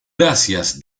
gracias